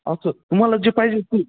असं तुम्हाला जे पाहिजे ते